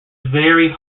very